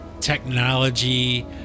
technology